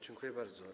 Dziękuję bardzo.